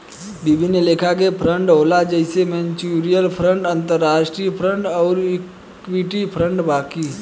विभिन्न लेखा के फंड होला जइसे म्यूच्यूअल फंड, अंतरास्ट्रीय फंड अउर इक्विटी फंड बाकी